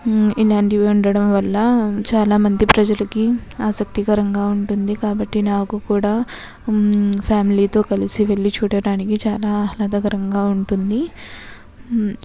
ఇలాంటివి ఉండడం వల్ల చాలామంది ప్రజలకి ఆసక్తికరంగా ఉంటుంది కాబట్టి నాకు కూడా ఫ్యామిలీతో కలిసి వెళ్ళి చూడటానికి చాలా ఆహ్లాదకరంగా ఉంటుంది